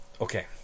okay